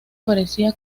parecía